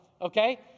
Okay